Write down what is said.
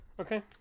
Okay